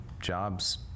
Jobs